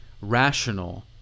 rational